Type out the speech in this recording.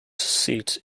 seat